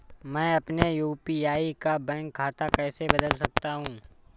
मैं अपने यू.पी.आई का बैंक खाता कैसे बदल सकता हूँ?